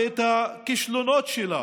ואת הכישלונות שלה